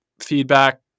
Feedback